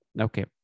Okay